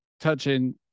touching